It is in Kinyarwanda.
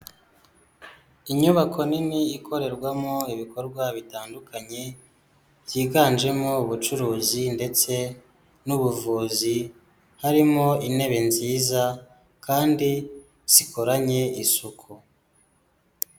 Inyubako nini ikorerwamo ibikorwa bitandukanye, byiganjemo ubucuruzi ndetse n'ubuvuzi, harimo intebe nziza kandi zikoranye isuku.